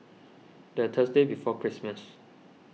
the Thursday before Christmas